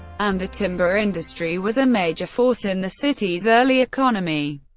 and the timber industry was a major force in the city's early economy.